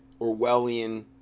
orwellian